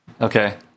Okay